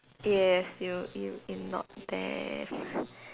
yes you ig~ ignored them